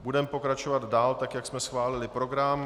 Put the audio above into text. Budeme pokračovat dál tak, jak jsme schválili program.